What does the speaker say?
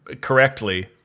correctly